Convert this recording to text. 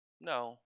no